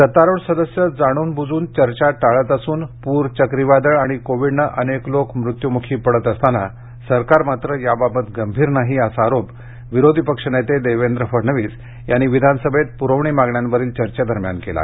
सत्तारूढ सदस्य जाणून बुजून चर्चा टाळत असून पूर चक्रीवादळ आणि कोविडनं अनेक लोक मृत्युमुखी पडत असताना सरकार मात्र याबाबत गंभीर नाही असा आरोप विरोधी पक्षनेते देवेंद्र फडणवीस यांनी विधानसभेत पुरवणी मागण्यावरील चर्चेदरम्यान केला